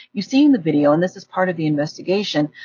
you see in the video, and this is part of the investigation,